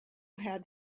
had